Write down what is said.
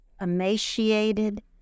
emaciated